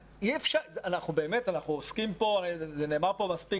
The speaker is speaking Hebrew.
אנחנו עוסקים פה וזה נאמר פה מספיק,